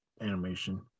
Animation